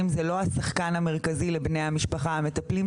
זה לא השחקן המרכזי לבני המשפחה המטפלים,